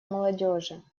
молодежи